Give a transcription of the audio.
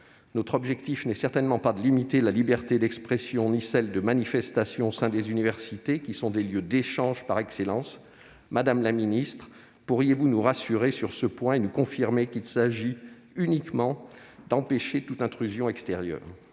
Notre objectif n'est certainement pas de limiter la liberté d'expression ni celle de manifestation au sein des universités, qui sont des lieux d'échanges par excellence. Madame la ministre, pourriez-vous nous rassurer sur ce point et nous confirmer qu'il s'agit seulement d'empêcher toute intrusion extérieure ?